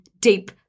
deep